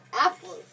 apples